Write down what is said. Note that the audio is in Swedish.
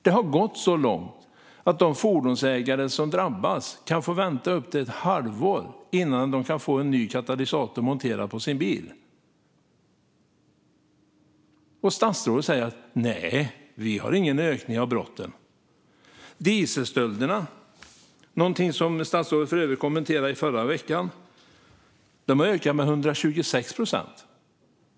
Det har gått så långt att de fordonsägare som drabbas kan få vänta upp till ett halvår innan de kan få en ny katalysator monterad på sin bil. Men statsrådet säger att vi inte har någon ökning av brotten. Statsrådet kommenterade dieselstölder förra veckan. De har ökat med 126 procent.